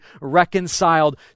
reconciled